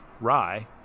rye